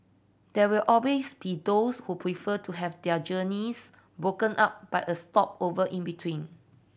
there will always be those who prefer to have their journeys broken up by a stopover in between